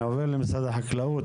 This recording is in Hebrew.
אני עובר למשרד החקלאות,